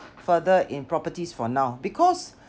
further in properties for now because